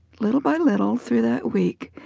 little by little through that week,